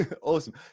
awesome